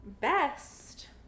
Best